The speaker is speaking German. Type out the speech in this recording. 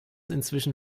inzwischen